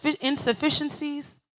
insufficiencies